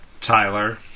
Tyler